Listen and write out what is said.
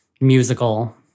musical